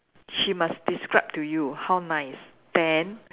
she must describe to you how nice then